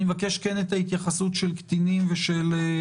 אני מבקש התייחסות לחלוקה בין קטינים ובגירים,